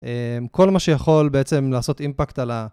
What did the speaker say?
כל מה שיכול בעצם לעשות אימפקט על ה...